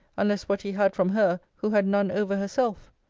unless what he had from her who had none over herself?